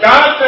God